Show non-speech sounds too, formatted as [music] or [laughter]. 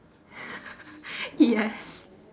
[laughs] yes